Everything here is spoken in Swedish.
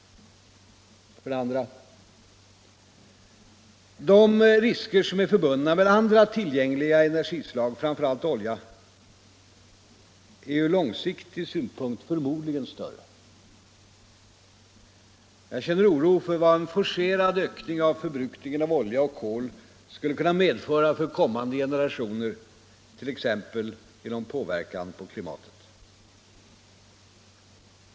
För det andra: De risker som är förbundna med andra tillgängliga energislag, framför allt olja, är ur långsiktig synpunkt förmodligen större. Jag känner oro för vad en forcerad ökning av förbrukningen av olja och kol skulle kunna leda till för kommande generationer, t.ex. genom påverkan på klimatet.